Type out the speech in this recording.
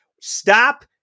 stop